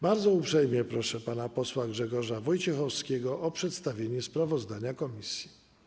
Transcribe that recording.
Bardzo uprzejmie proszę pana posła Grzegorza Wojciechowskiego o przedstawienie sprawozdania komisji.